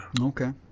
Okay